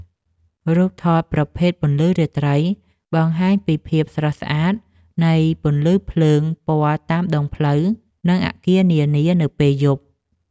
រូបថតប្រភេទពន្លឺរាត្រី បង្ហាញពីភាពស្រស់ស្អាតនៃពន្លឺភ្លើងពណ៌តាមដងផ្លូវ និងអាគារនានានៅពេលយប់។